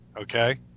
Okay